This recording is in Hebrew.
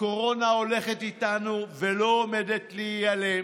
הקורונה הולכת איתנו ולא עומדת להיעלם.